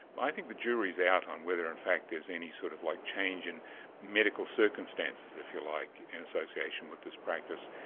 i think the jury is out on whether in fact there's any sort of like change in medical circumstances, if you like, in association with this practice.